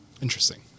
Interesting